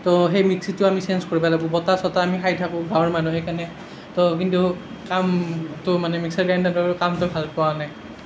তো সেই মিক্সিটো আমি চেঞ্জ কৰিব লাগিব বটা চটা আমি খাই থাকোঁ গাঁৱৰ মানুহ সেইকাৰণে তো কিন্তু কামতো মানে মিক্সাৰ গ্ৰাইণ্ডাৰটো কামটো ভাল পোৱা নাই